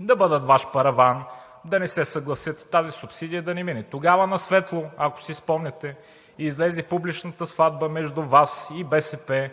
да бъдат Ваш параван – да не се съгласят тази субсидия да не мине. Тогава на светло, ако си спомняте, излезе публичната „сватба“ между Вас и БСП,